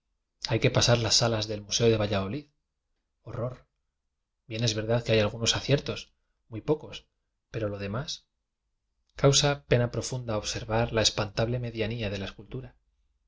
hay que pasar las salas del museo de valladoiid horror bien es verdad que hay algunos aciertos muy po cos pero lo demás causa pena profunda observar la espan table medianía de la escultura